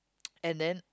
and then